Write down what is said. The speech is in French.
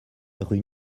rue